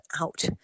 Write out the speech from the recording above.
out